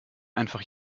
einfach